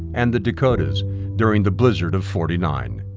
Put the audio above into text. and the dakotas during the blizzard of forty nine.